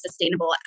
sustainable